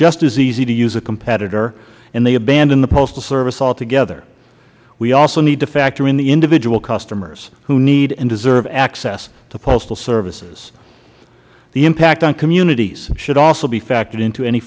just as easy to use a competitor and they abandon the postal service altogether we also need to factor in the individual customers who need and deserve access to postal services the impact on communities should also be factored into any